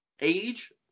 age